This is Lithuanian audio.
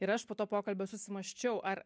ir aš po to pokalbio susimąsčiau ar